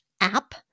app